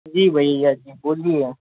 जी भैया जी बोलिए